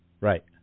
right